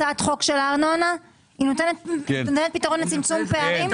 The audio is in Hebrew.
הצעת החוק של הארנונה נותנת פתרון לצמצום פערים?